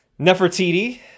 Nefertiti